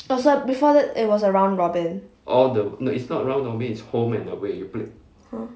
oh so before that it was around robin !huh!